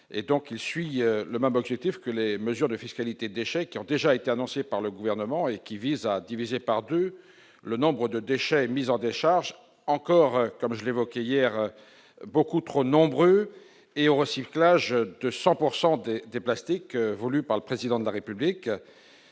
il suit le même objectif que les mesures de fiscalité déchets qui ont déjà été annoncées par le gouvernement et qui vise à diviser par 2 le nombre de déchets mise en décharge encore comme je l'évoquais hier beaucoup trop nombreuses et au recyclage de 100 pour 100 et des plastiques voulue par le président de la République,